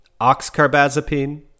oxcarbazepine